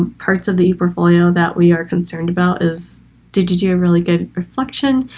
parts of the e-portfolio that we are concerned about is did you do a really good reflection?